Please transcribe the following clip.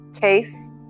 case